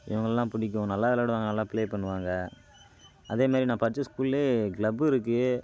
இவங்களெலாம் பிடிக்கும் நல்லா விளாடுவாங்க நல்லா ப்ளே பண்ணுவாங்க அதேமாரி நான் படித்த ஸ்கூல்லேயே கிளப்பு இருக்குது